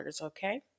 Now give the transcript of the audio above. okay